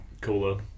cooler